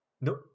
No